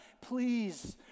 please